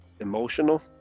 emotional